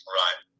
right